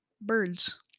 birds